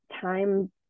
time